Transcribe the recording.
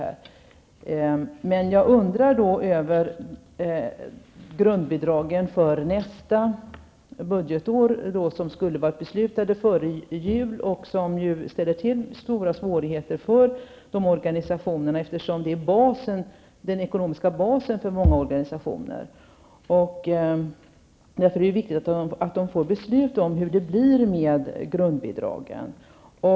Man skulle före jul ha fattat beslut om grundbidragen för nästa budgetår. Att så inte skedde ställer nu till stora svårigheter för organisationerna, eftersom grundbidragen utgör den ekonomiska basen för många organisationer. Det är viktigt att organisationerna får veta hur det blir med grundbidragen.